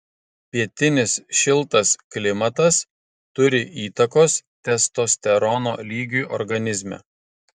pietinis šiltas klimatas turi įtakos testosterono lygiui organizme